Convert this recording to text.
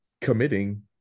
committing